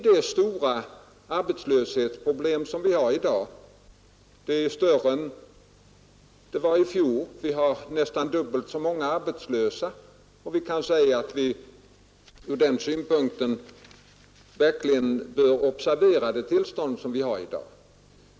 Det arbetslöshetsproblem som vi har i dag är större än det var i fjor; vi har nästan dubbelt så många arbetslösa nu, och ur den synpunkten kan det sägas att vi verkligen bör observera det tillstånd som råder.